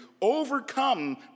overcome